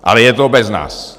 Ale je to bez nás.